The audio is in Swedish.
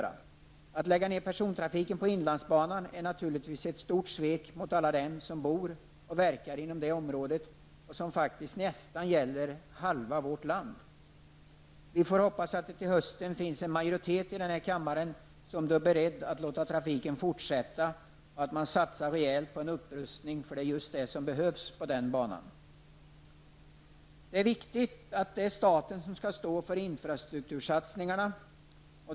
Att lägga ned persontrafiken på inlandsbanan är naturligtvis ett stort svek mot alla dem som bor och verkar inom det området, faktiskt nästan halva vårt land. Vi får hoppas att det till hösten i denna kammare finns en majoritet som är beredd att låta trafiken fortsätta och att satsa rejält på en upprustning -- det är just det som behövs på den banan. Det är viktigt att staten står för infrastruktursatsningarna.